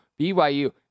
BYU